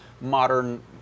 modern